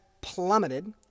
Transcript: plummeted